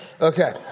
Okay